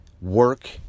work